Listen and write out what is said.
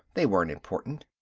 they weren't important.